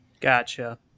Gotcha